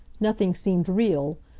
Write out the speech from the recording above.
nothing seemed real.